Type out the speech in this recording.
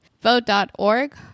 vote.org